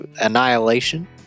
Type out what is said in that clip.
Annihilation